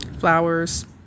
flowers